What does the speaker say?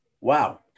Wow